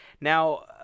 Now